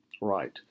Right